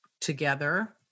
together